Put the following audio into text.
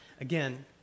Again